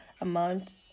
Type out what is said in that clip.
amount